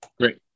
Great